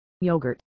yogurt